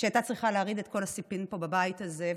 שהייתה צריכה להרעיד את כל הסיפים פה בבית הזה,